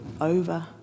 over